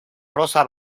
rosa